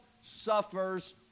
suffers